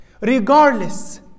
regardless